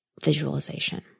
visualization